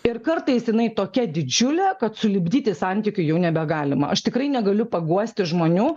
ir kartais jinai tokia didžiulė kad sulipdyti santykių jau nebegalima aš tikrai negaliu paguosti žmonių